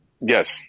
Yes